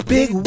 Big